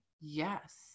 Yes